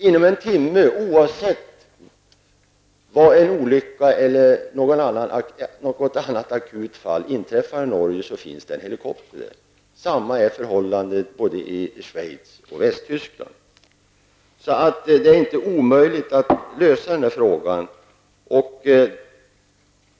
Inom en timme, oavsett var en olycka eller något annat akut fall inträffar i Norge, finns det en helikopter där. Samma är förhållandet i Schweiz och Västtyskland. Så det är inte omöjligt att lösa frågan.